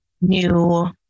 new